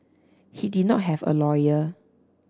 he did not have a lawyer